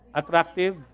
attractive